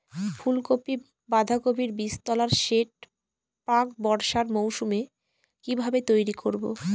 ফুলকপি বাধাকপির বীজতলার সেট প্রাক বর্ষার মৌসুমে কিভাবে তৈরি করব?